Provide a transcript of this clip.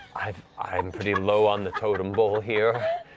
i'm i'm pretty low on the totem pole here.